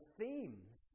themes